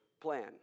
plan